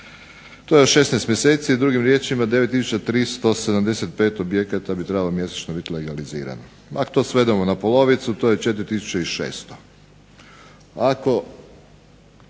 to je 16 mjeseci. Drugim riječima 9 tisuća 375 objekata bi mjesečno trebalo biti legalizirano. Ako to svedemo na polovicu to je 4